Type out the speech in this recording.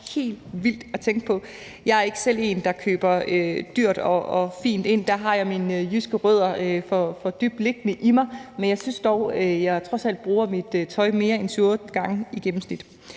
helt vildt at tænke på. Jeg er ikke selv en, der køber dyrt og fint ind. Der har jeg mine jyske rødder for dybt liggende i mig. Men jeg synes dog, jeg trods alt bruger mit tøj mere end syv-otte gange i gennemsnit.